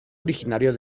originario